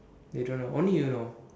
they don't know only you know